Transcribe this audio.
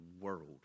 world